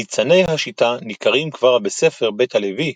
ניצני השיטה ניכרים כבר בספר "בית הלוי",